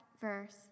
verse